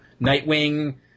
Nightwing